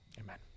Amen